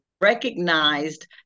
recognized